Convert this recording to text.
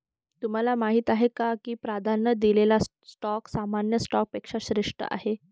तुम्हाला माहीत आहे का की प्राधान्य दिलेला स्टॉक सामान्य स्टॉकपेक्षा श्रेष्ठ आहे?